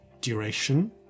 duration